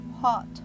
Hot